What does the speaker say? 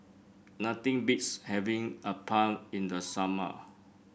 nothing beats having appam in the summer